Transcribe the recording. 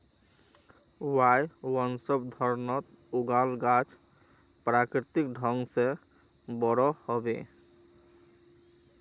वायवसंवर्धनत उगाल गाछ प्राकृतिक ढंग से बोरो ह बे